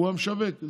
הוא המשווק.